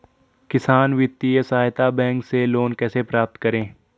किसान वित्तीय सहायता बैंक से लोंन कैसे प्राप्त करते हैं?